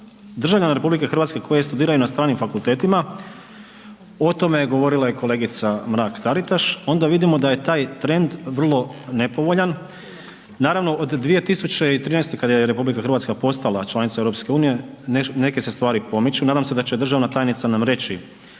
državljana RH koji studiraju na stranim fakultetima, o tome je govorila i kolegica Mrak Taritaš onda vidimo da je taj trend vrlo nepovoljan. Naravno od 2013. kada je RH postala članica EU neke se stvari pomiču, nadam se da će državna tajnica nam reći